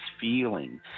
feeling